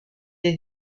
les